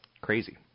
Crazy